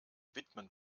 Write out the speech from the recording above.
widmen